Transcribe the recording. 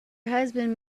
husband